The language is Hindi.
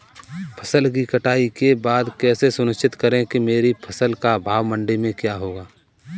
फसल की कटाई के बाद कैसे सुनिश्चित करें कि मेरी फसल का भाव मंडी में क्या होगा?